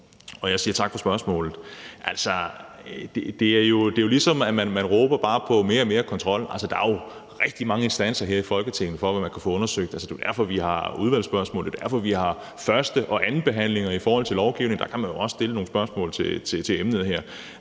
og jeg siger tak for spørgsmålet. Det er jo, ligesom om man bare råber på mere og mere kontrol. Altså, der er jo rigtig mange instanser her i Folketinget til at undersøge det. Det er jo derfor, vi har udvalgsspørgsmål. Det er derfor, vi har første- og andenbehandlinger af lovgivning. Der kan man jo også stille nogle spørgsmål til emnet her.